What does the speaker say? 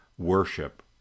worship